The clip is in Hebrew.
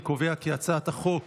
אני קובע כי הצעת חוק